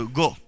go